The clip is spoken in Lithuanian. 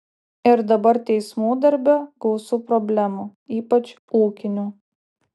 ir dabar teismų darbe gausu problemų ypač ūkinių